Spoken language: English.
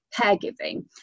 caregiving